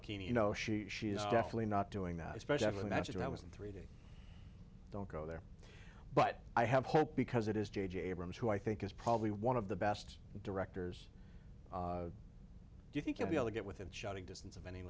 bikini you know she she's definitely not doing that especially magic and i was in three d don't go there but i have hope because it is j j abrams who i think is probably one of the best directors do you think you'll be able to get within shouting distance of any